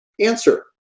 answer